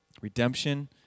Redemption